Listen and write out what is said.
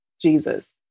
Jesus